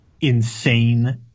insane